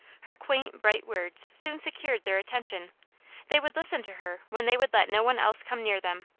her quaint bright words soon secured their attention they would listen to her when they would let no one else come near them,